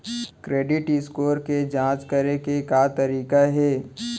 Credit score के जाँच करे के का तरीका हे?